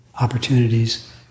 opportunities